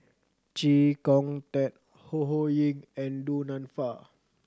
Chee Kong Tet Ho Ho Ying and Du Nanfa